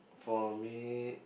for me